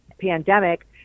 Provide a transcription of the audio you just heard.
pandemic